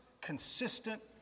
consistent